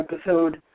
episode